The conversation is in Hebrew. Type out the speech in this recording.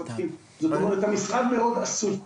המשרד מאוד עסוק,